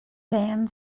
van